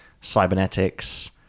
cybernetics